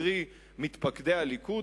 קרי מתפקדי הליכוד,